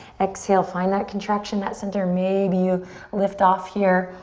exhale, find that contraction, that center, maybe lift off here,